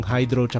Hydro